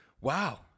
Wow